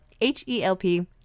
H-E-L-P